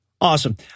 Awesome